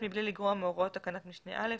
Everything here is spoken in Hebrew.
מבלי לגרוע מהוראות תקנת משנה (א),